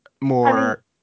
more